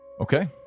Okay